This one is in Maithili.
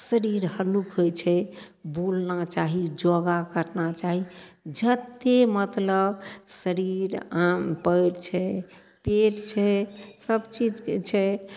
शरीर हल्लुक होइ छै बुलना चाही योगा करना चाही जते मतलब शरीर अङ्ग पयर छै पेट छै सब चीजके छै